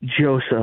Joseph